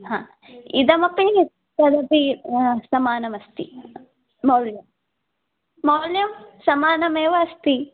हा इदमपि तदपि समानमस्ति मौल्यं मौल्यं समानमेव अस्ति